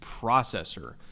processor